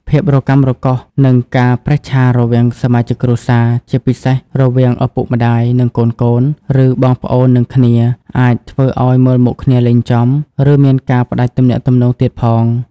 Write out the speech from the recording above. ភាពរកាំរកូស និងការប្រេះឆារវាងសមាជិកគ្រួសារ ជាពិសេសរវាងឪពុកម្ដាយ និងកូនៗ ឬបងប្អូននឹងគ្នាអាចធ្វើអោយមើលមុខគ្នាលែងចំ ឬមានការផ្ដាច់ទំនាក់ទំនងទៀតផង។